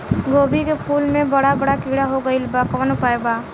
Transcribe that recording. गोभी के फूल मे बड़ा बड़ा कीड़ा हो गइलबा कवन उपाय बा?